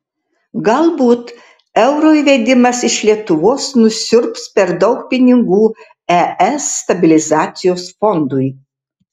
galbūt euro įvedimas iš lietuvos nusiurbs per daug pinigų es stabilizacijos fondui